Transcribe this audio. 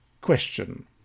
Question